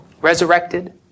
Resurrected